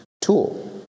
tool